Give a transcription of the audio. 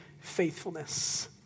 faithfulness